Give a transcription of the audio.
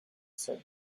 said